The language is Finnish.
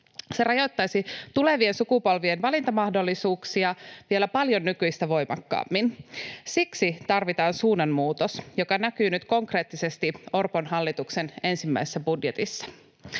Se rajoittaisi tulevien sukupolvien valintamahdollisuuksia vielä paljon nykyistä voimakkaammin. Siksi tarvitaan suunnanmuutos, joka näkyy nyt konkreettisesti Orpon hallituksen ensimmäisessä budjetissa.